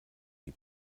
die